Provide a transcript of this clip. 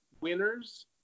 winners